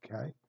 Okay